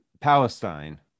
Palestine